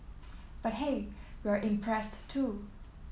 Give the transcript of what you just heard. but hey we're impressed too